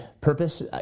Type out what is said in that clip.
purpose